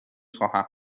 خواهم